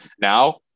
now